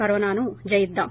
కరోనాను జయిద్రాం